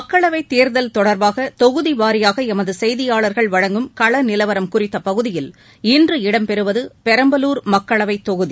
மக்களவைத் தேர்தல் தொடர்பாக தொகுதி வாரியாக எமது செய்தியாளர்கள் வழங்கும் கள நிலவரம் குறித்த பகுதியில் இன்று இடம் பெறுவது பெரம்பலூர் மக்களவை தொகுதி